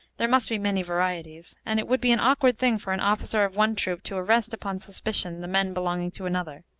there must be many varieties, and it would be an awkward thing for an officer of one troop to arrest upon suspicion the men belonging to another.